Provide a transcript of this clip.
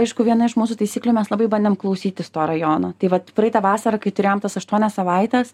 aišku viena iš mūsų taisyklių mes labai bandėm klausytis to rajono tai vat praeitą vasarą kai turėjom tas aštuonias savaites